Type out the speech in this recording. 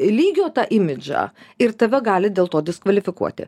lygio tą imidžą ir tave gali dėl to diskvalifikuoti